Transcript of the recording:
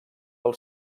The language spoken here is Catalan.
del